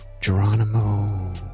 Geronimo